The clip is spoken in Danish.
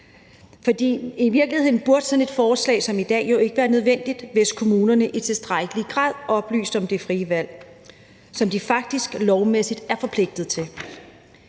ind. I virkeligheden burde sådan et forslag som det, vi taler om i dag, jo ikke være nødvendigt, hvis kommunerne i tilstrækkelig grad oplyste om det frie valg, som de faktisk lovmæssigt er forpligtet til.